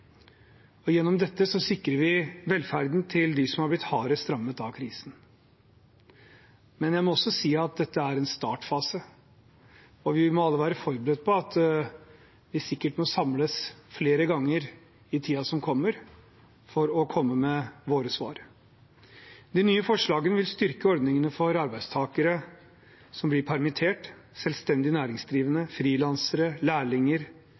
og gjennom dette sikrer vi velferden til dem som har blitt hardest rammet av krisen. Men jeg må også si at dette er en startfase, og vi må alle være forberedt på at vi sikkert må samles flere ganger i tiden som kommer, for å komme med våre svar. De nye forslagene vil styrke ordningene for arbeidstakere som blir permittert, selvstendig næringsdrivende, frilansere, lærlinger,